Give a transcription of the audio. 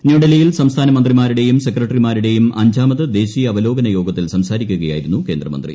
ന്യൂഡൽഹിയിൽ സംസ്ഥാനമന്ത്രിമാരുടെയും സെക്രട്ടറിമാരുടെയും അഞ്ചാമത് ദേശീയ അവലോകന യോഗത്തിൽ സംസാരിക്കുകയായിരുന്നു കേന്ദ്രമന്ത്രി